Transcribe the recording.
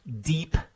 deep